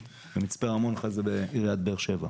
- במצפה רמון ואחרי זה בעיריית באר שבע.